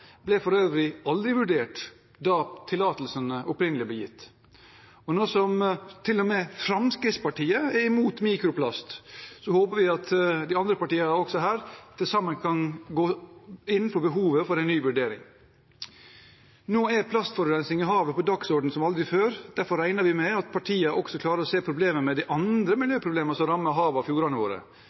ble for øvrig aldri vurdert da tillatelsene opprinnelig ble gitt. Nå som til og med Fremskrittspartiet er imot mikroplast, håper vi at de andre partiene her kan gå inn for forslagene om en ny vurdering. Nå er plastforurensning i havet på dagsordenen som aldri før, og derfor regner vi med at partiene også klarer å se problemene med de andre miljøproblemene som rammer havene og fjordene våre.